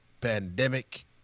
pandemic